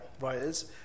Writers